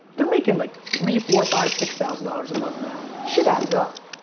they're making like three, four, five, six thousand dollars a month now. shit adds up.